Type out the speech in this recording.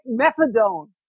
methadone